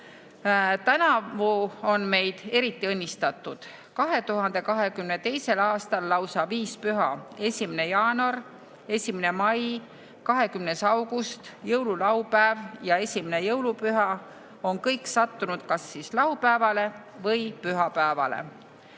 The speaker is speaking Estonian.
Tänavu on meid eriti õnnistatud. 2022. aastal on lausa viis püha – 1. jaanuar, 1. mai, 20. august, jõululaupäev ja esimene jõulupüha – sattunud kas laupäevale või pühapäevale.